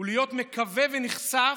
ולהיות מקווה ונכסף,